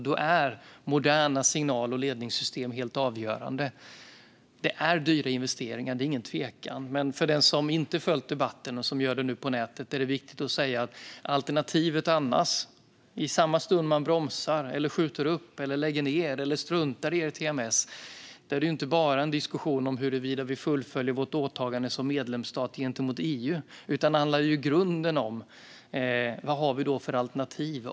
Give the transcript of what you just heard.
Då är moderna signal och ledningssystem helt avgörande. Det är ingen tvekan om att det är dyra investeringar. Men för den som inte följt debatten men nu gör det på nätet är det viktigt att säga att i samma stund som vi bromsar, skjuter upp, lägger ned eller struntar i ERTMS blir det inte bara en diskussion om huruvida vi fullföljer vårt åtagande som medlemsstat gentemot EU utan om vad vi har för alternativ.